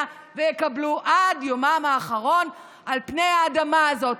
ויקבלו עד יומם האחרון על פני האדמה הזאת.